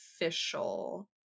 official